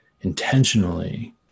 intentionally